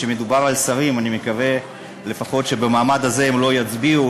כשמדובר על שרים אני מקווה לפחות שבמעמד הזה הם לא יצביעו,